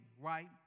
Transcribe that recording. right